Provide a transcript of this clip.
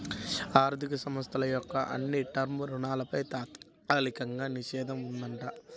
ఆర్ధిక సంస్థల యొక్క అన్ని టర్మ్ రుణాలపై తాత్కాలిక నిషేధం ఉందంట